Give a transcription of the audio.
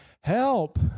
help